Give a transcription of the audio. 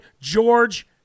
George